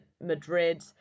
Madrid